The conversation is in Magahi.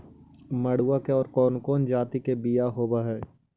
मडूया के और कौनो जाति के बियाह होव हैं?